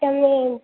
તમે